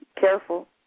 careful